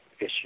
issue